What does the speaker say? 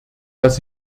dass